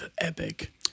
Epic